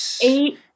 Eight